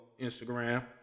Instagram